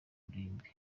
ruhimbi